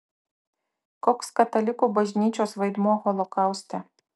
koks katalikų bažnyčios vaidmuo holokauste